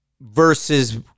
versus